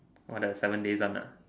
!wah! that seven days one ah